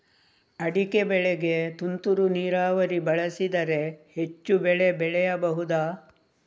ಅಡಿಕೆ ಬೆಳೆಗೆ ತುಂತುರು ನೀರಾವರಿ ಬಳಸಿದರೆ ಹೆಚ್ಚು ಬೆಳೆ ಬೆಳೆಯಬಹುದಾ?